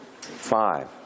five